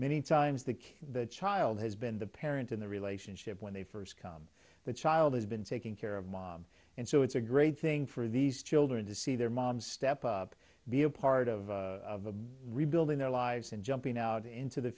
many times the kid the child has been the parent in the relationship when they first come the child has been taking care of mom and so it's a great thing for these children to see their mom step up be a part of the rebuilding their lives and jumping out into the